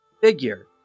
figure